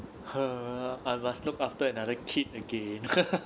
!huh! I must look after another kid again